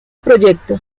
proyecto